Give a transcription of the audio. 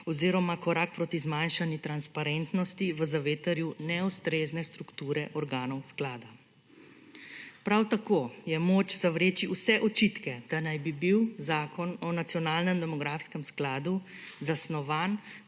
oziroma korak proti zmanjšanju transparentnosti v zavetrju neustrezne strukture organov sklada. Prav tako je moč zavreči vse očitke, da naj bi bil zakon o nacionalnem demografskem skladu zasnovan